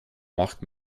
macht